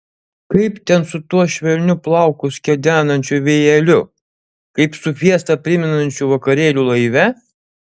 kaip ten su tuo švelniu plaukus kedenančiu vėjeliu kaip su fiestą primenančiu vakarėliu laive